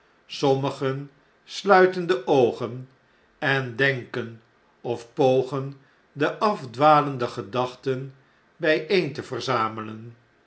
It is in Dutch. sommigen sluiten de oogen en denken of pogen de afdwalende gedachten bjjeen te verzamelen